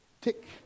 tick